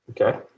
Okay